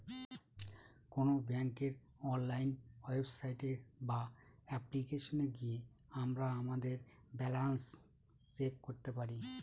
কোন ব্যাঙ্কের online website বা অ্যাপ্লিকেশনে গিয়ে আমরা আমাদের ব্যালান্স চেক করতে পারি